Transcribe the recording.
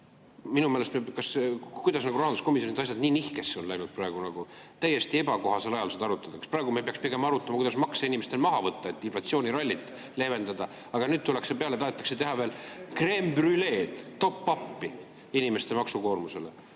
maamaksu! Kuidas rahanduskomisjonis asjad nii nihkesse on praegu läinud? Täiesti ebakohasel ajal seda arutatakse. Praegu me peaks pigem arutama, kuidas makse inimestel maha võtta, et inflatsioonirallit leevendada. Aga nüüd tullakse peale, tahetakse teha veel kreembrüleed, top-up'i inimeste maksukoormusele.